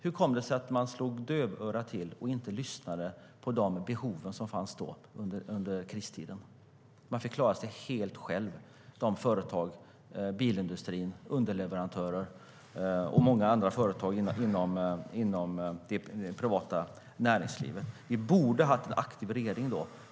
Hur kom det sig att man slog dövörat till och inte lyssnade på de behov som fanns då, under kristiden? Företag inom bilindustrin, underleverantörer och många andra företag inom det privata näringslivet fick klara sig helt själva. Vi borde ha haft en aktiv regering då.